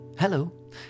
Hello